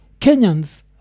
Kenyans